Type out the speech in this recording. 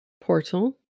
portal